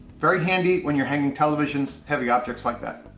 very handy when you're hanging televisions, heavy objects like that.